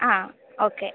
ആ ഓക്കെ